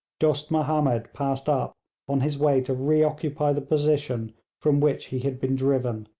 dost mahomed passed up on his way to reoccupy the position from which he had been driven.